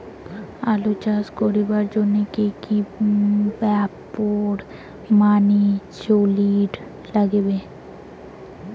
আলু চাষ করিবার জইন্যে কি কি ব্যাপার মানি চলির লাগবে?